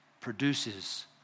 produces